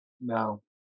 no